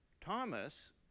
Thomas